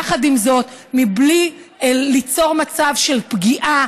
ויחד עם זאת לא ליצור מצב של פגיעה